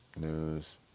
news